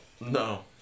No